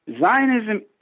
Zionism